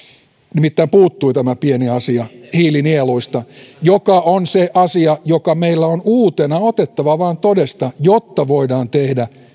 nimittäin puuttui tämä pieni asia hiilinieluista joka on se asia joka meidän on uutena vain otettava todesta jotta voidaan tehdä